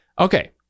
Okay